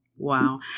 Wow